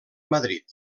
madrid